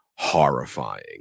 horrifying